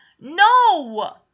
No